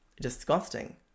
disgusting